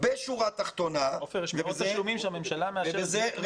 יש מאות תשלומים שהממשלה מאשרת.